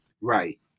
Right